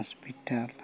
hospital